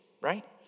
right